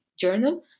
Journal